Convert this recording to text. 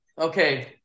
Okay